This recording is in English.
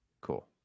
Cool